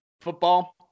football